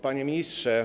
Panie Ministrze!